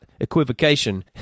equivocation